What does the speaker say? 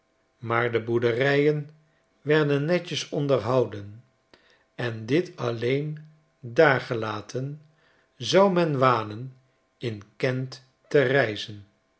maar de boerderijen werden netjes onderhouden en dit alleen daargelaten zou men wanen in kent te reizen